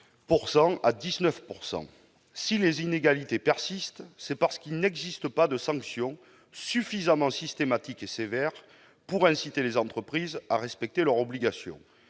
à 19 %. Si les inégalités persistent, c'est parce qu'il n'existe pas de sanction systématique et suffisamment sévère incitant les entreprises à respecter leurs obligations.